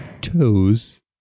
toes